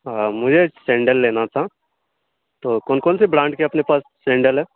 ہاں مجھے سینڈل لینا تھا تو کون کون سے برانڈ کے اپنے پاس سینڈل ہے